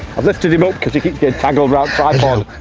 i've lifted him up because he keeps getting tangled around the tripod.